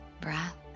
breath